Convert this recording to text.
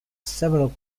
several